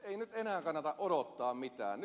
ei nyt enää kannata odottaa mitään